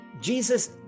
Jesus